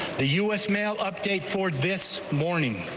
the u s. mail update for this morning.